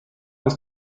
was